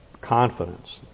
confidence